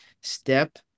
step